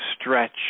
stretch